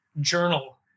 journal